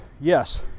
yes